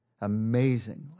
amazingly